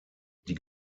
die